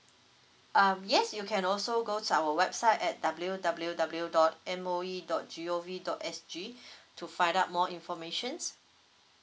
um yes you can also go to our website at W W W dot M O E dot G O V dot S G to find out more informations